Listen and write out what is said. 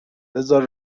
بذار